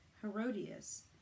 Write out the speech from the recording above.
herodias